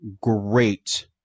great